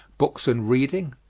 books and reading,